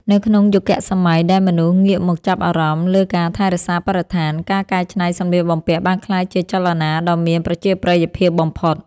នៅក្នុងយុគសម័យដែលមនុស្សងាកមកចាប់អារម្មណ៍លើការថែរក្សាបរិស្ថាន ការកែច្នៃសម្លៀកបំពាក់បានក្លាយជាចលនាដ៏មានប្រជាប្រិយភាពបំផុត។